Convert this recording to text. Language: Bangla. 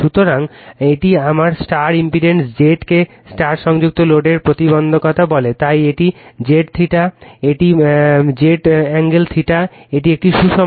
সুতরাং এটি আমার স্টার ইম্পিডেন্স Z কে স্টার সংযুক্ত লোডের প্রতিবন্ধকতা বলে তাই এটি Z θ এটি Z কোণ θ এটি একটি সুষম